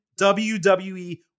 WWE